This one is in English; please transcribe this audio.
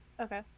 Okay